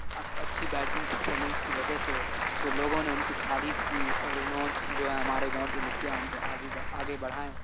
اب اچھی batting performance کی وجہ سے جو لوگوں نے ان کی تعریف کی اور انہوں جو ہیں ہمارے گاؤں کے مکھیا ان کو آگے بڑھائیں